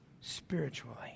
spiritually